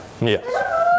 Yes